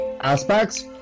aspects